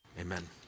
Amen